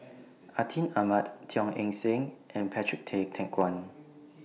Atin Amat Teo Eng Seng and Patrick Tay Teck Guan